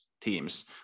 Teams